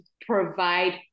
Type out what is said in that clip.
provide